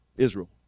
Israel